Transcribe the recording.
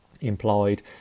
implied